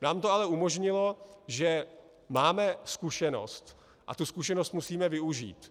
Nám to ale umožnilo, že máme zkušenost, a tu zkušenost musíme využít.